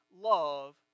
love